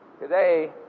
Today